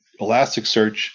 Elasticsearch